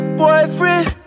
boyfriend